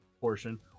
portion